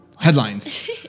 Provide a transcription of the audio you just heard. headlines